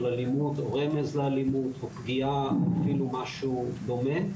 אלימות או רמז לאלימות או פגיעה או משהו דומה.